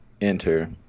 enter